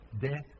Death